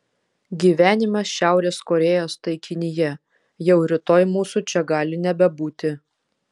gyvenimas šiaurės korėjos taikinyje jau rytoj mūsų čia gali nebebūti